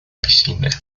piscina